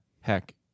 heck